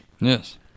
Yes